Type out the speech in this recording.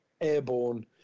airborne